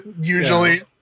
usually